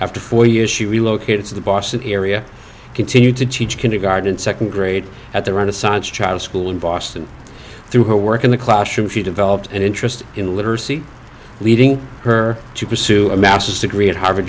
after four years she relocated to the boston area continued to teach can regard in second grade at the renaissance child school in boston through her work in the classroom she developed an interest in literacy leading her to pursue a master's degree at harvard